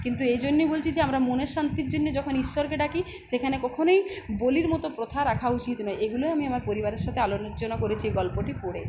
কিন্তু এই জন্যে বলছি যে আমরা মনের শান্তির জন্যে যখন ঈশ্বরকে ডাকি সেখানে কখনই বলির মতো প্রথা রাখা উচিত নয় এগুলোই আমি আমার পরিবারের সাথে আলোর জন্যনা করেছি গল্পটি পড়ে